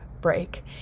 break